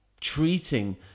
treating